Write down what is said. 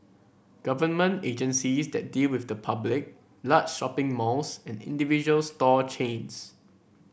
government agencies that deal with the public large shopping malls and individual store chains